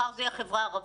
מחר זה יהיה החברה הערבית,